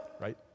right